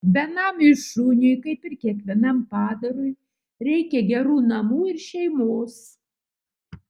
benamiui šuniui kaip ir kiekvienam padarui reikia gerų namų ir šeimos